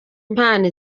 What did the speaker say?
impano